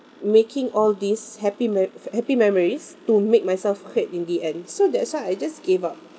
making all these happy me~ happy memories to make myself hurt in the end so that's why I just gave up